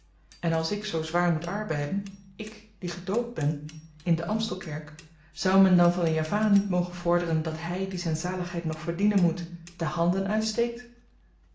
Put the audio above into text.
en als ik zoo zwaar moet arbeiden ik die gedoopt ben in de amstelkerk zou men dan van den javaan niet mogen vorderen dat hy die zyn zaligheid nog verdienen moet de handen uitsteekt